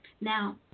Now